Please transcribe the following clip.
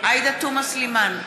עאידה תומא סלימאן,